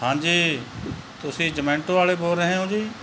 ਹਾਂਜੀ ਤੁਸੀਂ ਜਮੈਂਟੋ ਵਾਲੇ ਬੋਲ ਰਹੇ ਹੋ ਜੀ